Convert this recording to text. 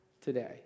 today